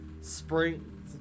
spring